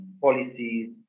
policies